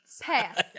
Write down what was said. Pass